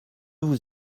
vous